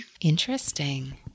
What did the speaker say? Interesting